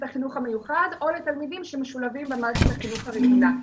החינוך המיוחד או לתלמידים שמשולבים במערכת החינוך הרגילה.